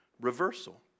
reversal